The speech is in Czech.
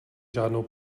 žádnou